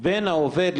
בין העובד,